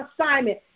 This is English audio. assignment